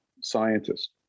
scientist